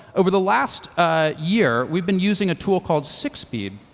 over the last ah year, we've been using a tool called six speed,